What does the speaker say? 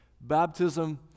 baptism